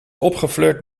opgefleurd